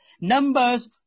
Numbers